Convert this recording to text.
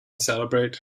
celebrate